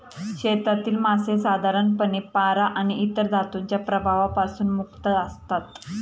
शेतातील मासे साधारणपणे पारा आणि इतर धातूंच्या प्रभावापासून मुक्त असतात